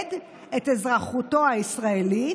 יאבד את אזרחותו הישראלית.